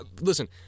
Listen